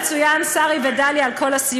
ולצוות המצוין, שרי ודליה, על כל הסיוע.